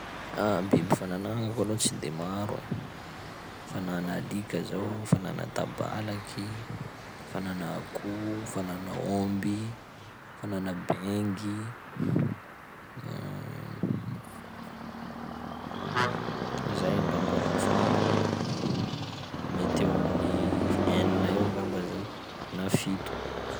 Ah! Biby fa nanagnako aloha tsy de maro ai: fa nana alika zaho, fa nana tabalaky, fa nana akoho, fa nana omby, fa nana baingy, zay angambany fa nanagnako, mety eo amin'ny f- enina eo angamba zay na fito.